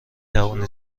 توانید